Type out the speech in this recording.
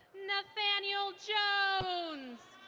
nathanial jones.